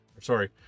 sorry